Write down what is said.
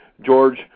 George